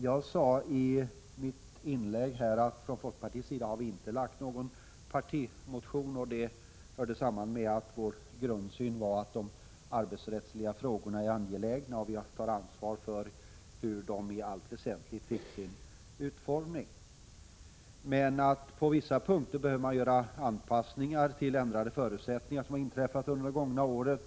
Jag sade i mitt inlägg att vi från folkpartiet inte har väckt någon partimotion och att det hör samman med att vår grundsyn är att de arbetsrättsliga frågorna är angelägna och att vi tar ansvar för hur de i allt väsentligt fick sin utformning men att vi på vissa punkter behöver göra anpassningar till ändrade förutsättningar som har inträffat under de gångna åren.